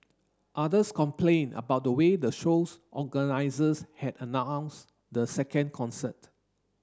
others complained about the way the show's organisers had announced the second concert